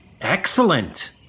Excellent